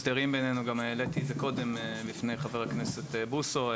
הסדרים גם העליתי את זה קודם לפני חבר הכנסת בוסו.